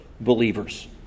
believers